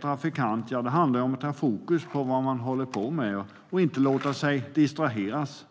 trafikant handlar om att ha fokus på vad man håller på med och inte låta sig distraheras.